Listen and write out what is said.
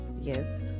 yes